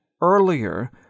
earlier